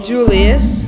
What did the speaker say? Julius